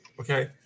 okay